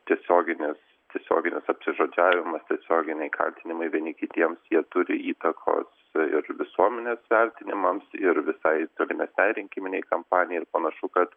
tiesioginis tiesioginis apsižodžiavimas tiesioginiai kaltinimai vieni kitiems jie turi įtakos ir visuomenės vertinimams ir visai tolimesnei rinkiminei kampanijai ir panašu kad